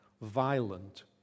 violent